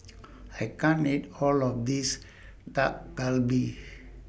I can't eat All of This Dak Galbi